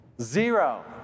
Zero